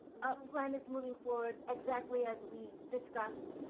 plan is moving forward exactly as we discussed.